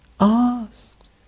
asked